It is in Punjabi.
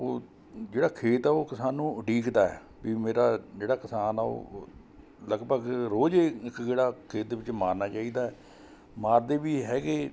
ਉਹ ਜਿਹੜਾ ਖੇਤ ਆ ਉਹ ਕਿਸਾਨ ਨੂੰ ਉਡੀਕਦਾ ਵੀ ਮੇਰਾ ਜਿਹੜਾ ਕਿਸਾਨ ਆ ਉਹ ਲਗਭਗ ਰੋਜ਼ ਏ ਇੱਕ ਗੇੜਾ ਖੇਤ ਦੇ ਵਿੱਚ ਮਾਰਨਾ ਚਾਹੀਦਾ ਮਾਰਦੇ ਵੀ ਹੈਗੇ